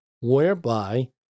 whereby